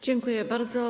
Dziękuję bardzo.